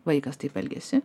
vaikas taip elgiasi